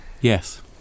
Yes